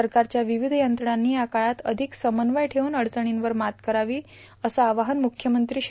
सरकारच्या विविध यंत्रणांनी या काळात अधिक समन्वय ठेवून अडचर्णीवर मात करावी असं अवाहन मुख्यमंत्री श्री